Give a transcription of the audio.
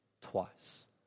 twice